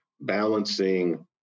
balancing